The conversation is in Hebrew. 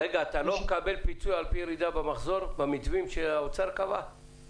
אתה לא מקבל פיצוי במתווה שהאוצר קבע לפי הירידה במחזור?